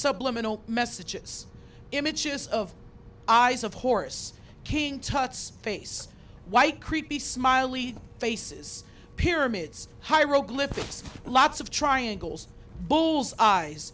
subliminal messages images of eyes of horus king tut's face white creepy smiley faces pyramids hieroglyphics lots of triangles bulls eyes